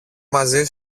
μαζί